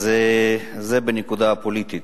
זה בנקודה הפוליטית.